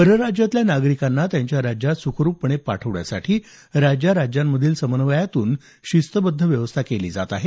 परराज्यातल्या नागरिकांना त्यांच्या राज्यात सुखरूपपणे पाठवण्यासाठी राज्या राज्यांमधील समन्वयातून शिस्तबद्ध व्यवस्था केली जात आहे